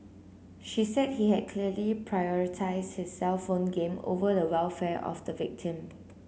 she said he had clearly prioritised his cellphone game over the welfare of the victim